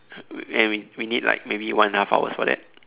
and we we need like maybe one and a half hours for that